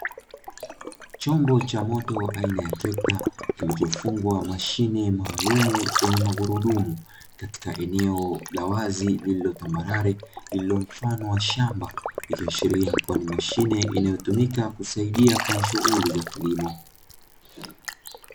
Chombo cha moto aina ya trekta kilichofungwa mashine maalumu yenye magurudumu katika eneo la wazi lililo tambarale lililo mfano wa shamba, ikiashiria kuwa ni mashine inayotumika kusaidia kwenye shughuli za kilimo.